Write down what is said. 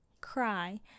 cry